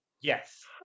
Yes